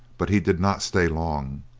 but he did not stay long.